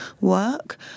work